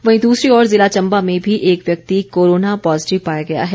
वहीं दसरी ओर जिला चंबा में भी एक व्यक्ति कोरोना पॉजिटिव पाया गया है